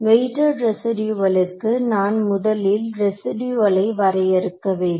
weighted ரெசிடூயல்க்கு நான் முதலில் ரெசிடூயல்லை வரையறுக்க வேண்டும்